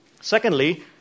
Secondly